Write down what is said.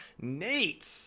Nate